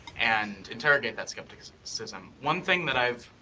and interrogate that skepticism. one thing that i've